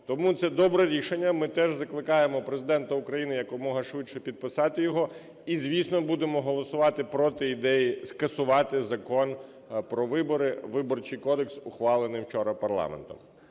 Тому це добре рішення. Ми теж закликаємо Президента України якомога швидше підписати його, і, звісно, будемо голосувати проти ідеї скасувати Закон про вибори, Виборчий кодекс, ухвалений вчора парламентом.